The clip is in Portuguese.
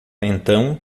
então